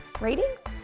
Ratings